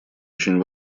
очень